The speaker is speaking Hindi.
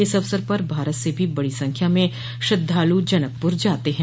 इस अवसर पर भारत से भी बड़ी संख्या में श्रद्वालु जनकपुर जाते हैं